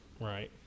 right